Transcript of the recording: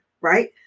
right